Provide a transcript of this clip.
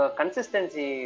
consistency